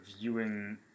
viewing